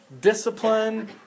Discipline